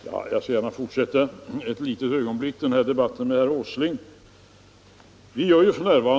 Herr talman! Jag fortsätter gärna debatten med herr Åsling ett litet ögonblick till.